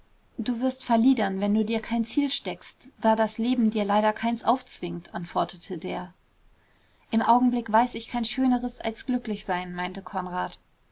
du wirst verliedern wenn du dir kein ziel steckst da das leben dir leider keins aufzwingt antwortete der im augenblick weiß ich kein schöneres als glücklich sein meinte konrad